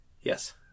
Yes